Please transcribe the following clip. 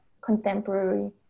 contemporary